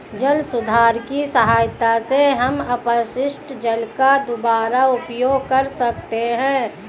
जल सुधार की सहायता से हम अपशिष्ट जल का दुबारा उपयोग कर सकते हैं